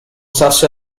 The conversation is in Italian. sasso